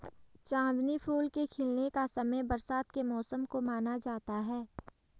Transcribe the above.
चांदनी फूल के खिलने का समय बरसात के मौसम को माना जाता है